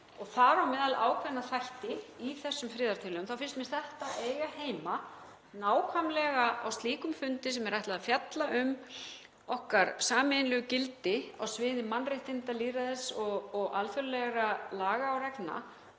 þar á meðal ákveðna þætti í þessum friðartillögum, að þetta eigi heima nákvæmlega á slíkum fundi sem er ætlað að fjalla um okkar sameiginlegu gildi á sviði mannréttinda, lýðræðis og alþjóðlegra laga og reglna,